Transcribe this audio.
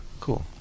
cool